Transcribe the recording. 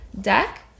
deck